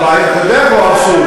אתה יודע איפה האבסורד?